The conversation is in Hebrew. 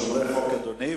אנחנו שומרי חוק,